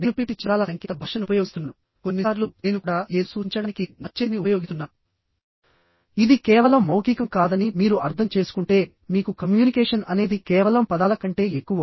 నేను పిపిటి చిత్రాల సంకేత భాషను ఉపయోగిస్తున్నాను కొన్నిసార్లు నేను కూడా ఏదో సూచించడానికి నా చేతిని ఉపయోగిస్తున్నాను ఇది కేవలం మౌఖికం కాదని మీరు అర్థం చేసుకుంటే మీకు కమ్యూనికేషన్ అనేది కేవలం పదాల కంటే ఎక్కువ